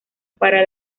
para